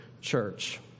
church